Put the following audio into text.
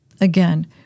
Again